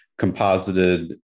composited